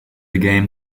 game